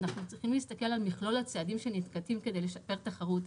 אנחנו צריכים להסתכל על מכלול הצעדים שננקטים כדי לשפר תחרות.